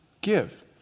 give